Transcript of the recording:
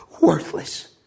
worthless